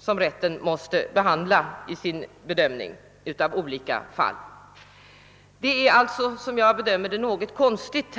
som rätten måste behandla vid sin bedömning av olika fall spänner över praktiskt taget hela vårt liv och vår livssituation.